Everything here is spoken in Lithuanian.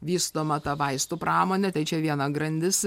vystoma ta vaistų pramonė tai čia viena grandis